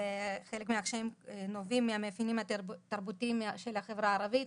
וחלק מהקשיים נובעים מהמאפיינים התרבותיים של החברה הערבית.